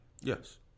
Yes